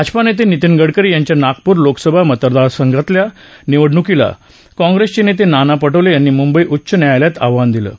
भाजपा नेते नितीन गडकरी यांच्या नागपूर लोकसभा मतदारसंघातल्या निवडणुकीला काँग्रेसचे नेते नाना पटोले यांनी मुंबई उच्च न्यायालयात आव्हान दिलं आहे